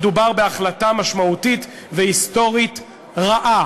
מדובר בהחלטה משמעותית והיסטורית רעה.